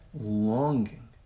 longing